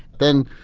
then,